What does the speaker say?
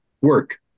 work